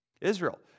Israel